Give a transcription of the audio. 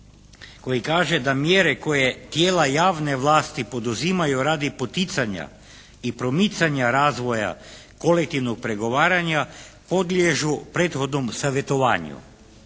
koji kaže da mjere koje tijela javne vlasti poduzimaju radi poticanja i promicanja razvoja kolektivnog pregovaranja podliježu prethodnom savjetovanju.